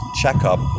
checkup